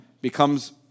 becomes